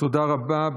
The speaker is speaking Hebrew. תודה רבה.